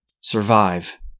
survive